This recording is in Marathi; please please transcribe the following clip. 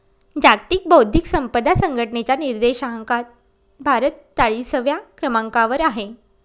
जागतिक बौद्धिक संपदा संघटनेच्या निर्देशांकात भारत चाळीसव्या क्रमांकावर आहे